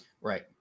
Right